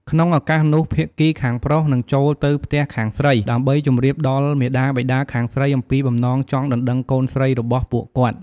ក្នុងឱកាសនោះ ភាគីខាងប្រុសនឹងចូលទៅផ្ទះខាងស្រី ដើម្បីជម្រាបដល់មាតាបិតាខាងស្រីអំពីបំណងចង់ដណ្ដឹងកូនស្រីរបស់ពួកគាត់។